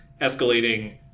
escalating